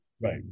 Right